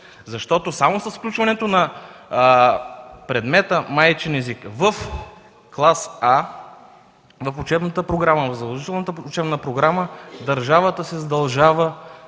Защото само с включването на предмета „Майчин език” в клас А в учебната програма, в задължителната учебна програма, държавата се задължава